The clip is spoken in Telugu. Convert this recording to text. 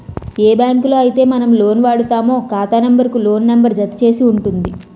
ఏ బ్యాంకులో అయితే మనం లోన్ వాడుతామో ఖాతా నెంబర్ కు లోన్ నెంబర్ జత చేసి ఉంటుంది